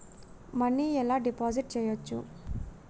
Money ఎలా deposit చేయచ్చు?